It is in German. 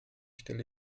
stelle